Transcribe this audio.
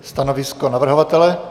Stanovisko navrhovatele?